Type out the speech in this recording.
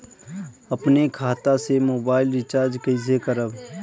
अपने खाता से मोबाइल रिचार्ज कैसे करब?